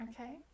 Okay